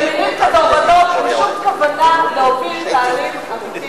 זה מלים כדרבונות בלי שום כוונה להוביל תהליך אמיתי.